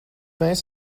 mēs